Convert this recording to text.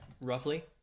roughly